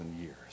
years